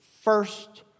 first